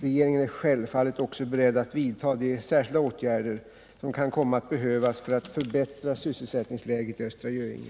Regeringen är självfallet också beredd att vidtaga de särskilda åtgärder som kan komma att behövas för att förbättra sysselsättningsläget i Östra Göinge.